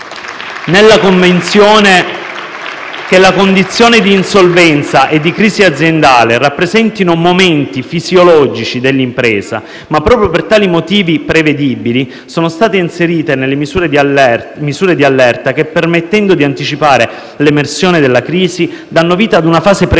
nella convinzione che le condizioni di insolvenza e di crisi aziendale rappresentino momenti fisiologici dell'impresa, ma proprio per tali motivi prevedibili, sono state inserite misure di allerta che, permettendo di anticipare l'emersione della crisi, danno vita a una fase preventiva